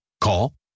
Call